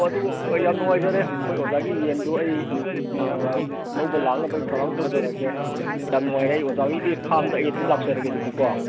ꯑꯣ ꯑꯗꯨꯕꯨ ꯌꯥꯝ ꯅꯨꯡꯉꯥꯏꯖꯔꯦ ꯑꯩꯈꯣꯏ ꯑꯣꯖꯥꯒꯤ ꯌꯦꯟꯗꯨ ꯑꯩ ꯑꯥ ꯂꯧꯕ ꯂꯥꯛꯅꯕ ꯑꯩ ꯊꯧꯔꯥꯡ ꯇꯧꯖꯔꯒꯦ ꯌꯥꯝ ꯅꯨꯡꯉꯥꯏꯔꯦ ꯑꯩ ꯑꯣꯖꯥ ꯍꯣꯏꯒꯤ ꯐꯥꯝꯗ ꯑꯩ ꯑꯗꯨꯝ ꯂꯥꯛꯆꯔꯒꯦ ꯑꯗꯨꯗꯤꯀꯣ